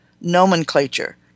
nomenclature